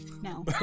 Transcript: No